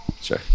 Sure